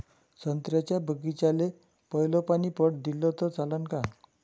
संत्र्याच्या बागीचाले पयलं पानी पट दिलं त चालन का?